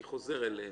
אני חוזר אליהן.